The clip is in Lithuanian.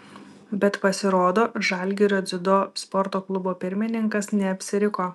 bet pasirodo žalgirio dziudo sporto klubo pirmininkas neapsiriko